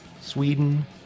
Sweden